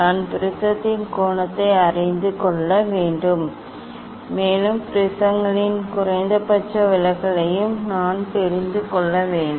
நான் ப்ரிஸத்தின் கோணத்தை அறிந்து கொள்ள வேண்டும் மேலும் ப்ரிஸங்களின் குறைந்தபட்ச விலகலையும் நான் தெரிந்து கொள்ள வேண்டும்